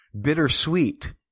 bittersweet